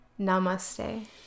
Namaste